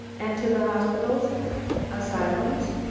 and to the hospitals asylums?